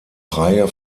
reihe